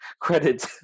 credit